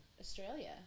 Australia